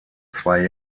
zwei